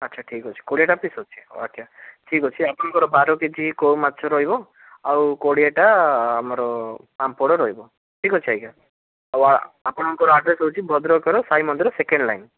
ଆଚ୍ଛା ଠିକ୍ ଅଛି କୋଡ଼ିଏଟା ପିସ୍ ଅଛି ଆଚ୍ଛା ଠିକ୍ ଅଛି ଆପଣଙ୍କର ବାର କେଜି କଉ ମାଛ ରହିବ ଆଉ କୋଡ଼ିଏଟା ଆମର ପାମ୍ପଡ଼ ରହିବ ଠିକ୍ ଅଛି ଆଜ୍ଞା ଆଉ ଆପଣଙ୍କର ଆଡ଼୍ରେସ୍ ହେଉଛି ଭଦ୍ରକର ସାଇ ମନ୍ଦିର ସେକେଣ୍ଡ ଲାଇନ୍